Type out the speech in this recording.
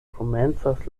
komencas